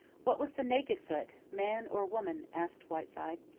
what was the naked foot man or woman? asked whiteside.